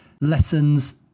lessons